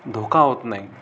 धोका होत नाही